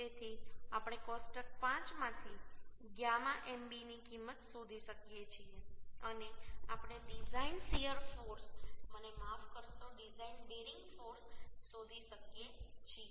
તેથી આપણે કોષ્ટક 5 માંથી γ mb ની કિંમત શોધી શકીએ છીએ અને આપણે ડિઝાઇન શીયર ફોર્સ મને માફ કરશો ડિઝાઇન બેરિંગ ફોર્સ શોધી શકીએ છીએ